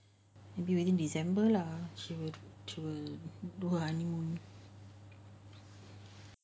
within december lah she'll she'll do honeymoon